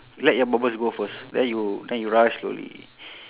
let your bubbles go first then you then you rise slowly